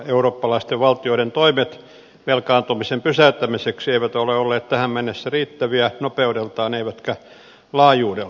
eurooppalaisten valtioiden toimet velkaantumisen pysäyttämiseksi eivät ole olleet tähän mennessä riittäviä nopeudeltaan eivätkä laajuudeltaan